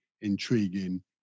intriguing